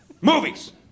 Movies